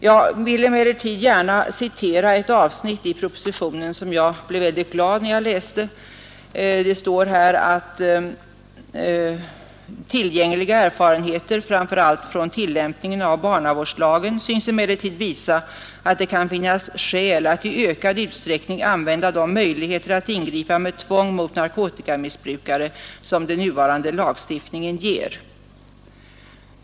Jag vill emellertid gärna citera ett avsnitt i propositionen som jag blev mycket glad över när jag läste det. Där står att tillgängliga erfarenheter, framför allt från tillämpningen av barnavårdslagen, synes emellertid visa att det kan finnas skäl att i ökad utsträckning använda de möjligheter att ingripa med tvång mot narkotikamissbrukare som den nuvarande lagstiftningen ger.